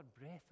breath